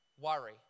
worry